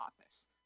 office